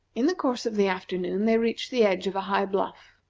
in the course of the afternoon they reached the edge of a high bluff.